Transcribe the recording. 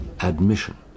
admission